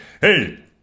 hey